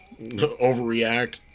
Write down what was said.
Overreact